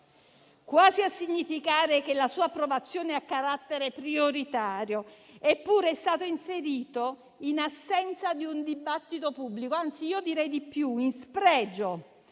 quasi a significare che la sua approvazione ha carattere prioritario. Eppure, è stato inserito in assenza di un dibattito pubblico; anzi, direi di più: in spregio